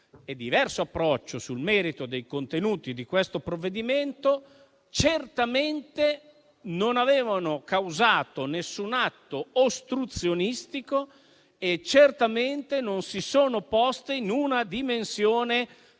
e diverso approccio sul merito dei contenuti di questo provvedimento, certamente non avevano causato nessun atto ostruzionistico e certamente non si sono poste in una dimensione